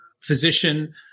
physician